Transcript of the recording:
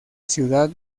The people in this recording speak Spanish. ciudad